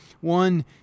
one